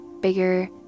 bigger